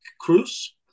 cruise